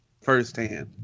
firsthand